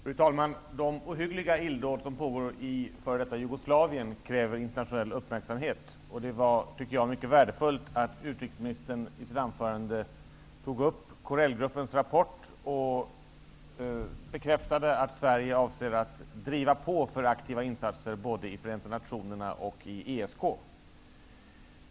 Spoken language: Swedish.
Fru talman! De ohyggliga illdåd som pågår i f.d. Jugoslavien kräver internationell uppmärksamhet. Det var mycket värdefullt att utrikesministern i sitt anförande tog upp Corellgruppens rapport och bekräftade att Sverige avser att driva på för aktiva insatser både i Förenta nationerna och ESK.